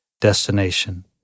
destination